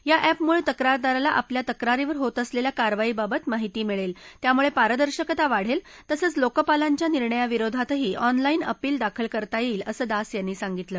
या ऍपमुळे तक्रारदाराला आपल्या तक्रारीवर होत असलेल्या कारवाईबाबत माहिती मिळेल त्यामुळे पारदर्शकता वाढेल तसंच लोकपालांच्या निर्णयाविरोधातही ऑनलाईन अपिल दाखल करता येईल असं दास यांनी सांगितलं